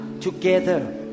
together